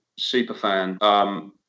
superfan